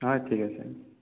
হয় ঠিক আছে